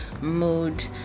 mood